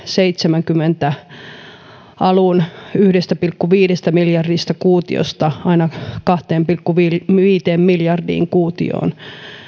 seitsemänkymmentä luvun alun yhdestä pilkku viidestä miljardista kuutiosta aina kahteen pilkku viiteen miljardiin kuutioon niin